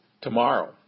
tomorrow